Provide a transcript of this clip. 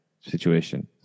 situation